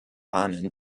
ahnen